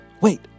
Wait